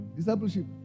discipleship